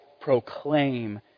proclaim